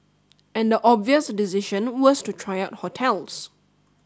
and the obvious decision was to try out hotels